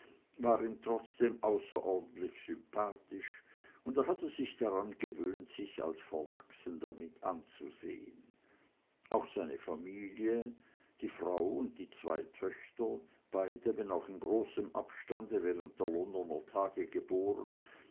war ihm trotzdem außerordentlich sympathisch und er hatte sich daran gewöhnt sich als verwachsen damit anzusehen auch seine familie die frau und die zwei töchter beide wenn auch in großem abstande während der londoner tage geboren